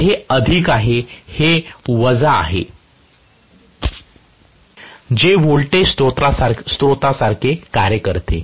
तर हे अधिक आहे आणि हे वजा आहे जे व्होल्टेज स्त्रोतासारखे कार्य करते